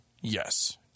yes